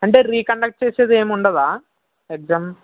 అంటే రీకండక్ట్ చేసేది ఏమి ఉండదా ఎగ్జామ్